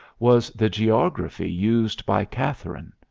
was the geography used by katherine.